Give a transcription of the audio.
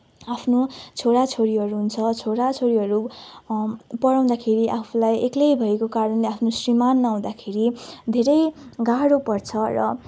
आफ्नो छोरा छोरीहरू हुन्छ छोरा छोरीहरू पढाउँदाखेरि आफूलाई एक्लै भएको कारणले आफ्नो श्रीमान नहुँदाखेरि धेरै गाह्रो पर्छ र